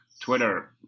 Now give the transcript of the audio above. Twitter